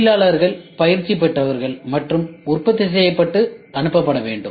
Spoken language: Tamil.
தொழிலாளர்கள் பயிற்சி பெற்றவர்கள் மற்றும் உற்பத்தி செய்யப்பட்டு அனுப்பப்பட வேண்டும்